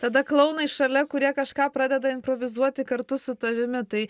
tada klounai šalia kurie kažką pradeda improvizuoti kartu su tavimi tai